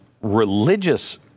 religious